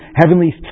heavenly